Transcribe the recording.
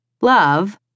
Love